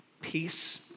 peace